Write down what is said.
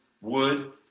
wood